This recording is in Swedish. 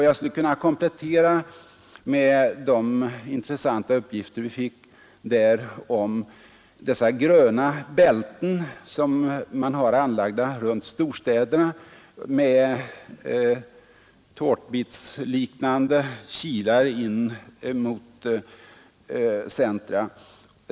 Jag skulle kunna komplettera med de intressanta uppgifter vi fick där om dessa gröna bälten som man har anlagt runt storstäderna med tårtbitsliknande kilar in mot centra.